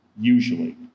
usually